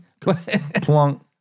Plunk